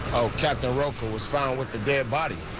oh, captain rocha was found with the dead body.